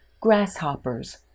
grasshoppers